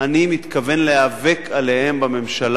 אני מתכוון להיאבק עליהם בממשלה,